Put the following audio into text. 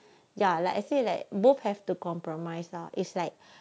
ya like I say like both have to compromise lah it's like